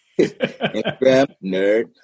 nerd